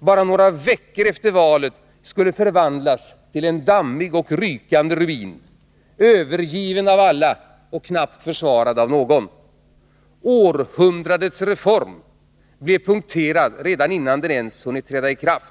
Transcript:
bara några veckor efter valet skulle förvandlas till en dammig och rykande ruin, övergiven av alla och knappt försvarad av någon? ” Århundradets reform” blev punkterad redan innan den ens hunnit träda i kraft.